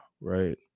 right